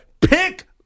Pick